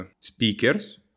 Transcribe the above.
speakers